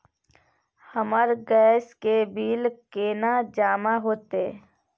हमर गैस के बिल केना जमा होते?